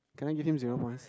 can I give him zero points